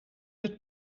het